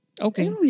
Okay